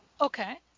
Okay